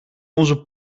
onze